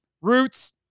Roots